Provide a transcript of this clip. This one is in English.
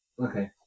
Okay